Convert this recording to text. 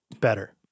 better